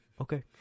Okay